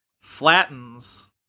flattens